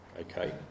okay